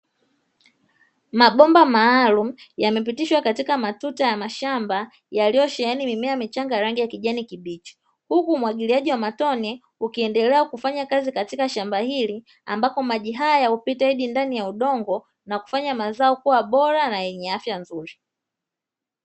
Mabomba maalumu yamepitshwa katika matuta ya mashamba yaliyosheheni mimea michanga rangi ya kijani kibichi , huku umwagiliaji wa matone ukiendelea kufanya kazi katika shamba hili ambako maji haya hupita hadi ndani ya udongo, na kufanya mazao kuwa bora na yenye afya nzuri.